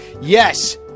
Yes